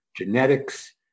genetics